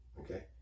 Okay